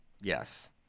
Yes